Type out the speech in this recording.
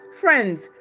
friends